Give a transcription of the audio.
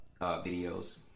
videos